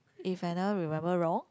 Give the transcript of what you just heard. if I never remember wrong